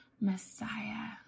messiah